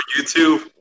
YouTube